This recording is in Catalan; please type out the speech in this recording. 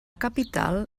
capital